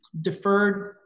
deferred